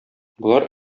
болар